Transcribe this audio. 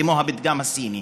כמו הפתגם הסיני.